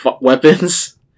weapons